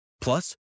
Plus